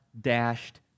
dashed